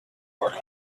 work